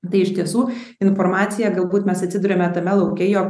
tai iš tiesų informacija galbūt mes atsiduriame tame lauke jog